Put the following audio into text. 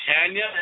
Tanya